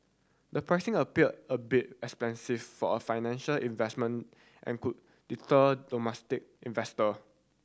the pricing appear a bit expensive for a financial investment and could deter domestic investor